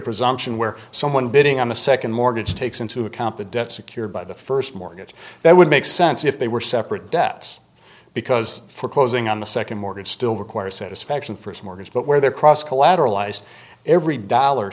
presumption where someone bidding on the second mortgage takes into account the debt secured by the first mortgage that would make sense if they were separate debts because foreclosing on the second mortgage still requires satisfaction for his mortgage but where the cross collateralized every dollar